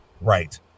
right